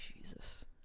Jesus